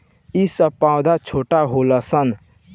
ई सब पौधा छोट होलन सन